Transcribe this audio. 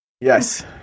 Yes